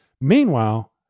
Meanwhile